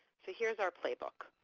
so here is our playbook.